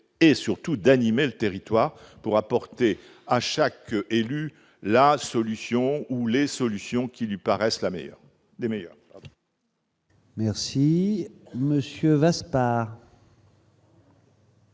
et surtout d'animer le territoire pour apporter à chaque élu la solution ou les solutions qui lui paraissent la meilleure des meilleurs. Merci, Monsieur Vasseur